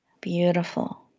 beautiful